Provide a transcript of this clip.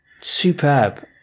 Superb